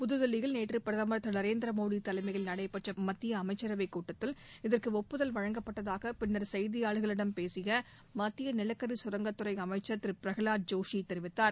புதுதில்லியில் நேற்று பிரதமர் திரு நரேந்திர மோடி தலைமையில் நடைபெற்ற மத்திய அமைச்சரவைக் கூட்டத்தில் இதற்கு ஒப்புதல் வழங்கப்பட்டதாக பின்னர் செய்தியாளர்களிடம் பேசிய மத்திய நிலக்கரி சுரங்கத் துறை அமைச்சர் திரு பிரகலாத் ஜோஷி கூறினார்